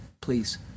Please